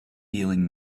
feeling